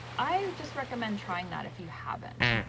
i just recommend trying that if you haven't.